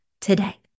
today